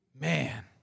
Man